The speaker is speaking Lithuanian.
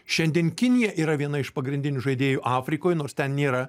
šiandien kinija yra viena iš pagrindinių žaidėjų afrikoj nors ten nėra